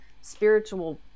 spiritual